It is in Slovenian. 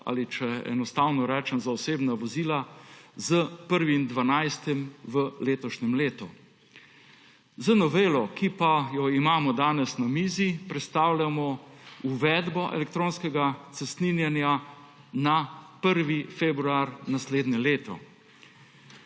ali, če enostavno rečem, za osebna vozila s 1. 12. v letošnjem letu. Z novelo, ki pa jo imamo danes na mizi, prestavljamo uvedbo elektronskega cestninjenja na 1. februar naslednje leto.